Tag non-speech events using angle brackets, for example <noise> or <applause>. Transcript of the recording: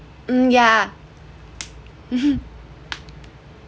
um yeah <laughs>